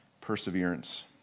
perseverance